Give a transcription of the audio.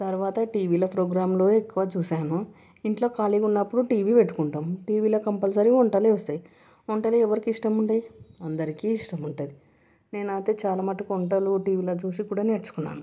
తర్వాత టీవీలో ప్రోగ్రాములు ఎక్కువ చూసాను ఇంట్లో ఖాళిగా ఉన్నప్పుడు టీవీ పెట్టుకుంటాం టీవీలో కంపల్సరి వంటలు వస్తాయి వంటలు ఎవరికి ఇష్టం ఉంటాయి అందరికి ఇష్టం ఉంటుంది నేను అయితే చాలమటుకు వంటలు టీవీలో చూసి కూడా నేర్చుకున్నాను